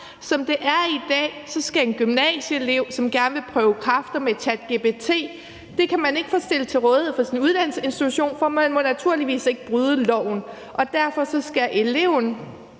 Som det er i dag, kan en gymnasieelev, som gerne vil prøve kræfter med ChatGPT, ikke få det stillet til rådighed af sin uddannelsesinstitution. For man må naturligvis ikke bryde loven, og derfor skal eleven